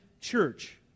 church